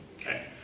Okay